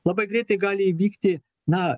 labai greitai gali įvykti na